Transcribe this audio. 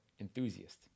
enthusiast